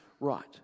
right